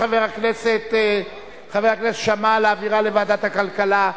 חבר הכנסת שאמה מבקש להעבירה לוועדת הכלכלה.